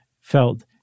Feld